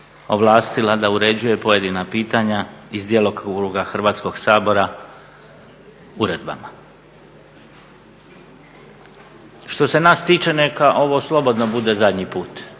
ovlastila da uređuje pojedina pitanja iz djelokruga Hrvatskog sabora uredbama. Što se nas tiče neka ovo slobodno bude zadnji put